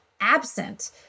absent